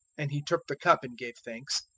and he took the cup and gave thanks,